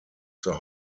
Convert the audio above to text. the